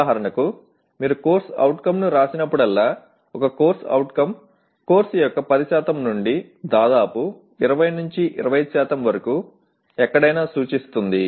ఉదాహరణకు మీరు CO ను వ్రాసినప్పుడల్లా ఒక CO కోర్సు యొక్క 10 నుండి దాదాపు 20 25 వరకు ఎక్కడైనా సూచిస్తుంది